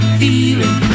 feeling